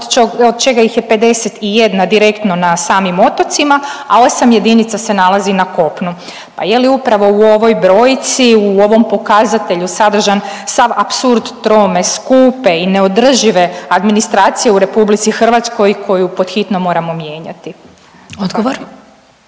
od čega ih je 51 direktno na samim otocima, a 8 jedinica se nalazi na kopnu. Pa je li upravo u ovoj brojci i u ovom pokazatelju sadržan sav apsurd trome, skupe i neodržive administracije u RH koju pod hitno moramo mijenjati?